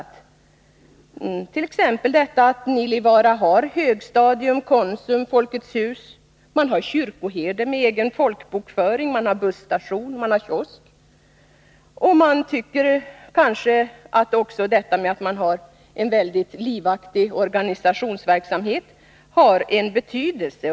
Det gäller t.ex. detta att Nilivaara har högstadium, Konsum, Folkets hus, kyrkoherde med egen folkbokföring, busstation och kiosk — och man tycker kanske också att detta med att det finns en mycket livaktig organisationsverksamhet har betydelse.